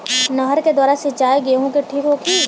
नहर के द्वारा सिंचाई गेहूँ के ठीक होखि?